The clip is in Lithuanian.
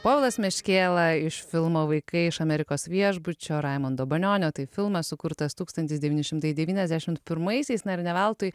povilas meškėla iš filmo vaikai iš amerikos viešbučio raimundo banionio tai filmas sukurtas tūkstantis devyni šimtai devyniasdešimt pirmaisiais na ir ne veltui